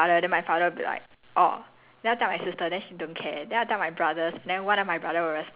mundane response like orh then I will I will go and tell my father then my father will be like orh